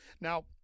Now